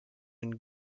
une